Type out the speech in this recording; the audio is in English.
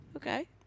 okay